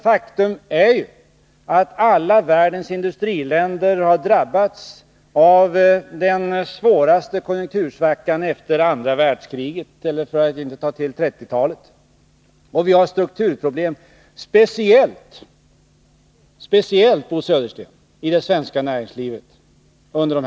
Faktum är ju att alla världens industriländer har drabbats av den svåraste konjunktursvackan efter andra världskriget — för att inte ta till 1930-talet. Och vi har strukturproblem speciellt inom svenskt näringsliv, Bo Södersten.